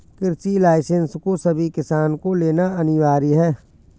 कृषि लाइसेंस को सभी किसान को लेना अनिवार्य है